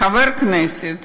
חבר כנסת